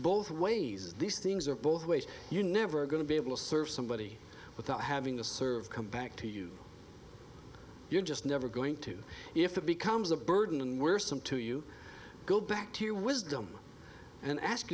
both ways these things are both ways you never going to be able to serve somebody without having to serve come back to you you're just never going to if it becomes a burden and were some to you go back to your wisdom and ask